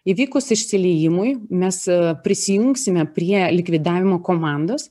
įvykus išsiliejimui mes prisijungsime prie likvidavimo komandos